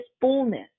fullness